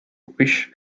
wish